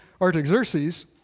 Artaxerxes